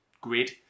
grid